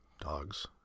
dogs